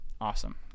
awesome